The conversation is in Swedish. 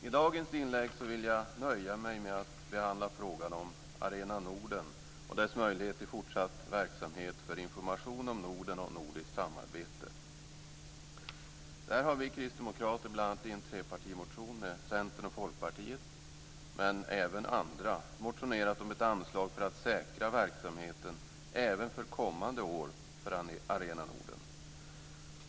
Jag vill i dagens inlägg nöja mig med att behandla frågan om Arena Norden och dess möjlighet till fortsatt verksamhet för information om Norden och nordiskt samarbete. Där har vi kristdemokrater bl.a. i en trepartimotion med Centern och Folkpartiet, men även andra, motionerat om ett anslag för att säkra verksamheten även för kommande år för Arena Norden.